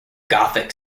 gothic